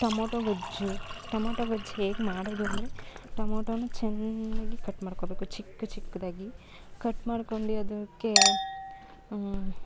tomato ಗೊಜ್ಜು tomato ಗೊಜ್ಜು ಹೇಗೆ ಮಾಡೋದು ಅಂದರೆ ಟಮೋಟೊನ ಚೆನ್ನಾಗಿ ಕಟ್ ಮಾಡ್ಕೊಬೇಕು ಚಿಕ್ಕ ಚಿಕ್ದಾಗಿ ಕಟ್ ಮಾಡ್ಕೊಂಡು ಅದಕ್ಕೆ